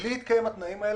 בלי התקיים שני התנאים האלה,